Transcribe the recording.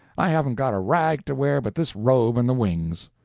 i haven't got a rag to wear but this robe and the wings.